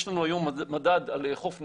יש לנו היום מדד על חוף נקי,